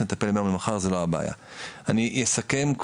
נטפל מהיום למחר,